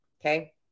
Okay